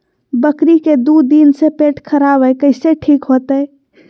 बकरी के दू दिन से पेट खराब है, कैसे ठीक होतैय?